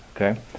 okay